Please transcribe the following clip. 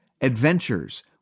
adventures